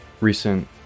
recent